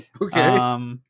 Okay